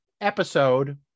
episode